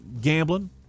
gambling